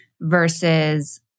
versus